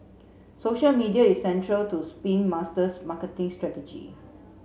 social media is central to Spin Master's marketing strategy